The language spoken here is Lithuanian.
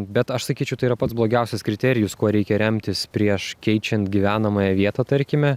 bet aš sakyčiau tai yra pats blogiausias kriterijus kuo reikia remtis prieš keičiant gyvenamąją vietą tarkime